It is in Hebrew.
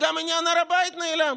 וגם עניין הר הבית נעלם.